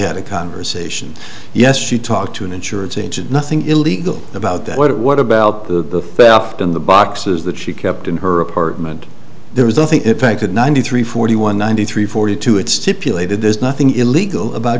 had a conversation yes she talked to an insurance agent nothing illegal about that what it what about the fell off in the boxes that she kept in her apartment there was nothing effected ninety three forty one ninety three forty two it stipulated there's nothing illegal about